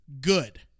Good